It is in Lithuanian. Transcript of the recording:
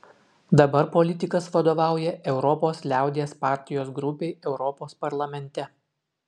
dabar politikas vadovauja europos liaudies partijos grupei europos parlamente